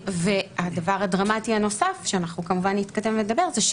הדבר הדרמטי הנוסף, שאנחנו כמובן נתקדם לדבר בו,